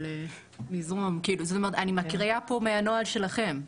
אני מקריאה פה מהנוהל שלכם,